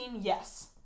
yes